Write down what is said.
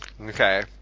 Okay